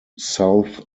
south